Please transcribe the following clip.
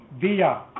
via